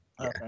Okay